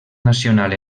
nacional